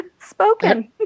spoken